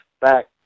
back